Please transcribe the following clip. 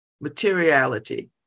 Materiality